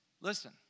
Listen